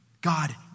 God